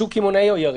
שוק קמעונאי או יריד.